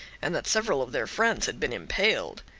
and that several of their friends had been impaled.